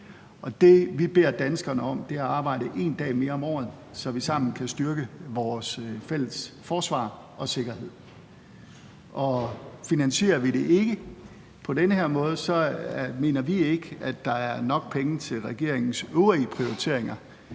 det, vi beder danskerne om, er at arbejde en dag mere om året, så vi sammen kan styrke vores fælles forsvar og sikkerhed. Og finansierer vi det ikke på den her måde, mener vi ikke, at der er nok penge til regeringens øvrige prioriteringer,